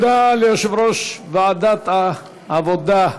תודה ליושב-ראש ועדת העבודה,